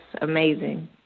amazing